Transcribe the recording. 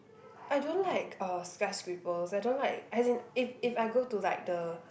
I don't like uh skyscrapers I don't like as in if if I go to like the